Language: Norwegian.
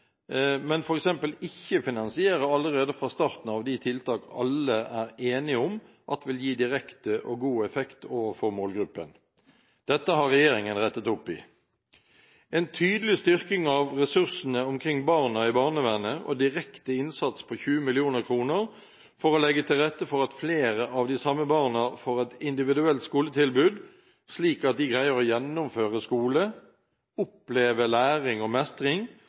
men ville f.eks. ikke finansiere allerede fra starten av de tiltak alle er enige om at vil gi direkte og god effekt overfor målgruppen. Dette har regjeringen rettet opp i. En tydelig styrking av ressursene omkring barna i barnevernet og en direkte innsats på 20 mill. kr for å legge til rette for at flere av disse barna får et individuelt skoletilbud slik at de greier å gjennomføre skole og opplever læring og mestring,